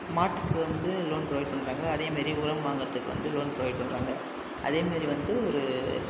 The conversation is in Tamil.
மாட்டுக்கு வந்து லோன் ப்ரொவைட் பண்றாங்கள் அதே மாதிரி உரம் வாங்குறதுக்கு வந்து லோன் ப்ரொவைட் பண்றாங்கள் அதே மாரி வந்து ஒரு